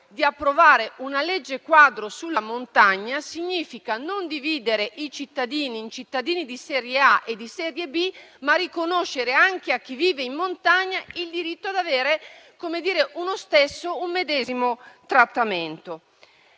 pensare di approvare una legge quadro sulla montagna significa non dividere la popolazione in cittadini di serie A e di serie B, ma riconoscere anche a chi vive in montagna il diritto ad avere un medesimo trattamento.